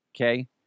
okay